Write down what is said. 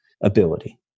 ability